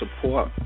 support